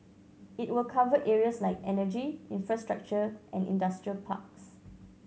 it will cover areas like energy infrastructure and industrial parks